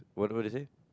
what what would you say